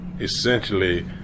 essentially